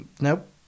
nope